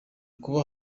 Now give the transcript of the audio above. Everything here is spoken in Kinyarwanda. kuba